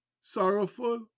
sorrowful